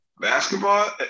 basketball